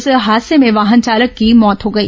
इस हादसे में वाहन चालक की मौत हो गई